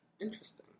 interesting